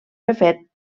refet